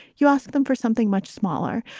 you ask them for something much smaller.